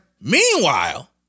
Meanwhile